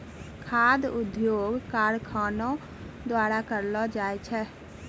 खाद्य उद्योग कारखानो द्वारा करलो जाय छै